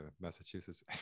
Massachusetts